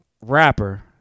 rapper